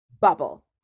bubble